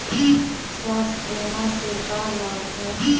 स्वास्थ्य बीमा से का लाभ है?